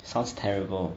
sounds terrible